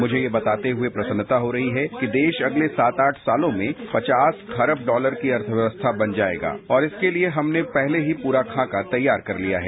मुझे यह बताते हए प्रसन्नता हो रही है कि देश अगले सात आठ साल में पचास खरब डॉलर की अर्थव्यवस्था बन जाएगा और इसके लिए हमने पहले ही पूरा खाका तैयार कर लिया है